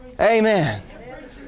Amen